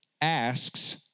asks